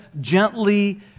gently